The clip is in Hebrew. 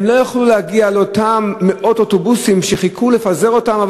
הם לא יכלו להגיע לאותם מאות אוטובוסים שחיכו כדי לפזר אותם,